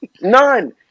none